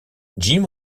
jim